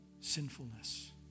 sinfulness